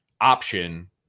option